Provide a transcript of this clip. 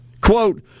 Quote